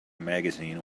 magazine